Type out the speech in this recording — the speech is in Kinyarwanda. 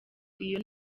iyo